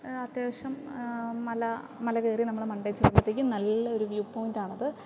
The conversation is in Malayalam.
അത്യാവശ്യം മല മല കയറി നമ്മള് മണ്ടയിൽ ചെന്നപ്പൊത്തേക്കും നല്ലൊരു വ്യൂ പോയിന്റ് ആണത്